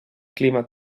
clima